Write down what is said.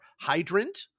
hydrant